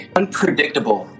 unpredictable